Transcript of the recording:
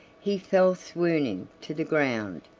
he fell swooning to the ground.